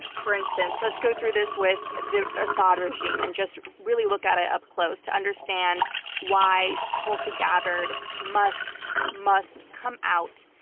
for instance, let's go through this with the assad regime, and just really look at it up close to understand why tulsi gabbard must, must come out.